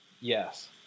yes